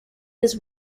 his